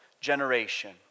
generation